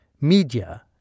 Media